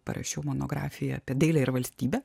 parašiau monografiją apie dailę ir valstybę